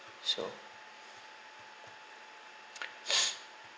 so